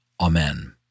Amen